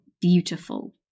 beautiful